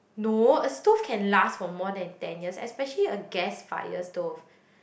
no a stove can last for more than ten years especially a gas fire stove